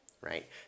Right